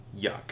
Yuck